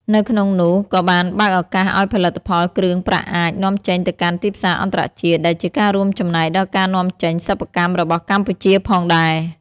នៅក្នុងនោះ ក៏បានបើកឱកាសឲ្យផលិតផលគ្រឿងប្រាក់អាច នាំចេញទៅកាន់ទីផ្សារអន្តរជាតិ ដែលជាការរួមចំណែកដល់ការនាំចេញសិប្បកម្មរបស់កម្ពុជាផងដែរ។